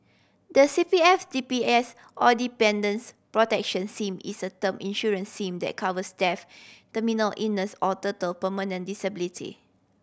the C P F D P S or Dependants' Protection Scheme is a term insurance scheme that covers death terminal illness or total permanent disability